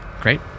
Great